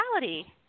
reality